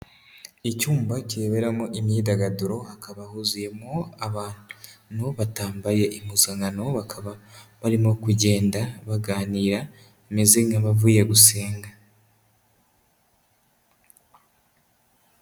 Icyumba kireberamo imyidagaduro hakaba huzuyemo abantu batambaye impuzankano bakaba barimo kugenda baganira, bameze nk'abavuye gusenga.